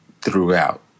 throughout